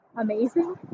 amazing